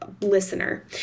listener